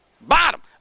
Bottom